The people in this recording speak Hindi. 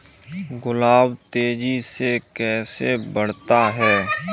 गुलाब तेजी से कैसे बढ़ता है?